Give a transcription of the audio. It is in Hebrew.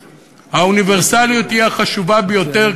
האוניברסליות היא החשובה ביותר,